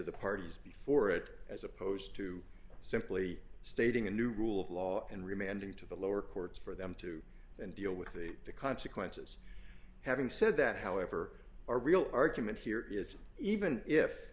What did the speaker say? the parties before it as opposed to simply stating a new rule of law and remanded to the lower courts for them to deal with the consequences having said that however our real argument here is even if